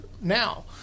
now